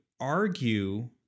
argue